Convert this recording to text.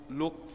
look